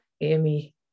Amy